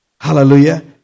Hallelujah